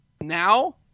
Now